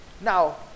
Now